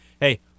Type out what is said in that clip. hey